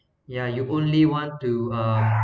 ya you only want to uh